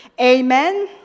Amen